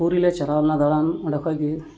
ᱯᱩᱨᱤᱞᱮ ᱪᱟᱞᱟᱣ ᱞᱮᱱᱟ ᱫᱟᱬᱟᱱ ᱚᱸᱰᱮ ᱠᱷᱚᱱ ᱜᱮ